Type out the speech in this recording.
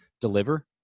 deliver